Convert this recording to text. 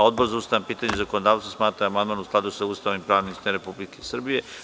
Odbor za ustavna pitanja i zakonodavstvo smatra da je amandman u skladu sa Ustavom i pravnim sistemom Republike Srbije.